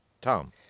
Tom